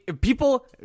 People